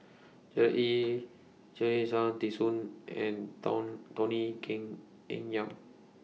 L Ee D Soon and Tony Keng in Yam